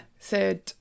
third